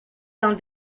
dans